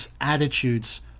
attitudes